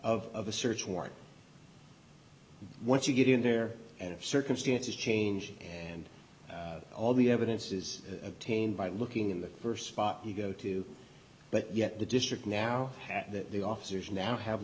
of a search warrant once you get in there and if circumstances change and all the evidence is obtained by looking in the st spot you go to but yet the district now that the officers now have